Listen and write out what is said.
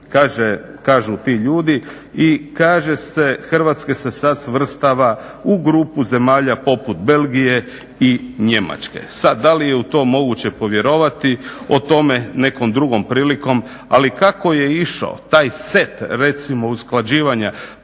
kažu ti ljudi i kaže se Hrvatska se sad svrstava u grupu zemalja poput Belgije i Njemačke. Sad da li je u to moguće povjerovati, o tome nekom drugom prilikom. Ali kako je išao taj set recimo usklađivanja